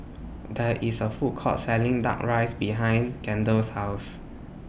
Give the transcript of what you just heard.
There IS A Food Court Selling Duck Rice behind Kendell's House